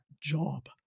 job